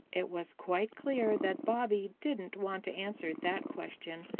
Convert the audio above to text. it was quite clear that bobby didn't want to answer that question.